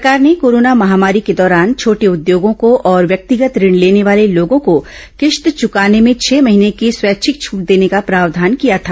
सरकार ने कोरोना महामारी के दौरान छोटे उद्योगों को और व्यक्तिगत ऋण लेने वाले लोगों को किस्त चुकाने में छह महीने की स्वैच्छिक छूट देने का प्रावधान किया था